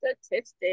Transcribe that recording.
statistics